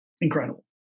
incredible